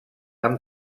amb